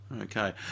Okay